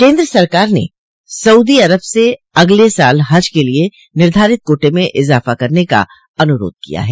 केन्द्र सरकार ने सऊदी अरब से अगले साल हज के लिये निर्धारित कोटे में इज़ाफा करने का अनुरोध किया है